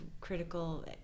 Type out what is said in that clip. critical